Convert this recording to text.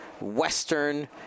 Western